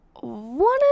one